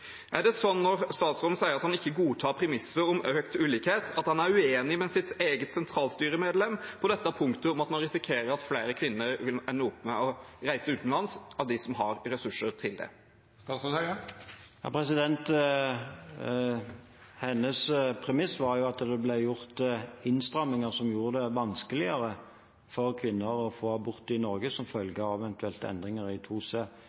Er det sånn, når statsråden sier at han ikke godtar premisset om økt ulikhet, at han er uenig med sitt eget sentralstyremedlem på dette punktet, om at man risikerer at flere av de kvinnene som har ressurser til det, vil ende opp med å reise utenlands? Hennes premiss var jo at det ble gjort innstramninger som gjorde det vanskeligere for kvinner å få abort i Norge som følge av eventuelle endringer i